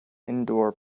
indoor